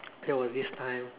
there was this time